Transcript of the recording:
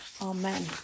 Amen